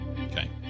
Okay